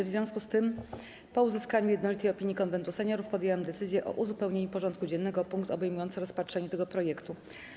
W związku z tym, po uzyskaniu jednolitej opinii Konwentu Seniorów, podjęłam decyzję o uzupełnieniu porządku dziennego o punkt obejmujący rozpatrzenie tego projektu.